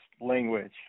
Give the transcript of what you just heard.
language